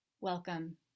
welcome